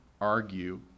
argue